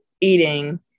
eating